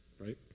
right